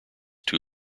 too